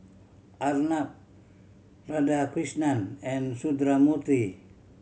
Arnab Radhakrishnan and Sundramoorthy